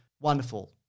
wonderful